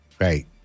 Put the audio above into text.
Right